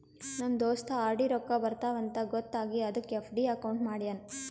ನಮ್ ದೋಸ್ತ ಆರ್.ಡಿ ರೊಕ್ಕಾ ಬರ್ತಾವ ಅಂತ್ ಗೊತ್ತ ಆಗಿ ಅದಕ್ ಎಫ್.ಡಿ ಅಕೌಂಟ್ ಮಾಡ್ಯಾನ್